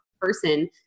person